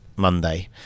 monday